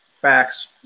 Facts